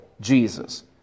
Jesus